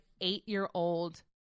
eight-year-old